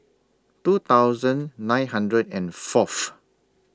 two thousand nine hundred and Fourth